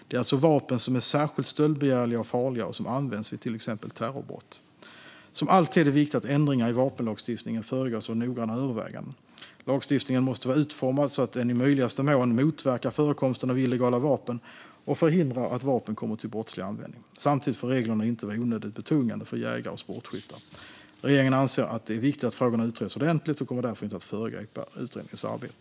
Det är alltså vapen som är särskilt stöldbegärliga och farliga och som använts vid till exempel terrorbrott. Som alltid är det viktigt att ändringar i vapenlagstiftningen föregås av noggranna överväganden. Lagstiftningen måste vara utformad så att den i möjligaste mån motverkar förekomsten av illegala vapen och förhindrar att vapen kommer till brottslig användning. Samtidigt får reglerna inte vara onödigt betungande för jägare och sportskyttar. Regeringen anser att det är viktigt att frågorna utreds ordentligt och kommer därför inte att föregripa utredningens arbete.